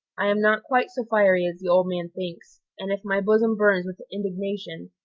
i am not quite so fiery as the old man thinks and if my bosom burns with indignation,